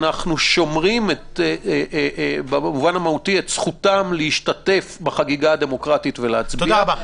אנחנו שומרים את זכותם להשתתף בחגיגה הדמוקרטית ולהצביע.